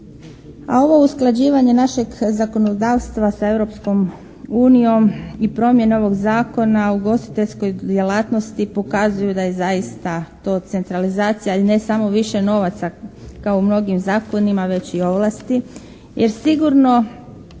a ovo usklađivanje našeg zakonodavstva sa Europskom unijom i promjenom ovog Zakona o ugostiteljskoj djelatnosti pokazuju da je zaista to centralizacija i ne samo više novaca kao u mnogim zakonima već i ovlasti, jer sigurno